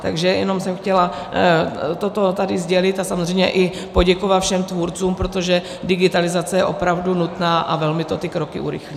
Takže jsem jenom chtěla toto tady sdělit a samozřejmě i poděkovat všem tvůrcům, protože digitalizace je opravdu nutná a velmi to ty kroky urychlí.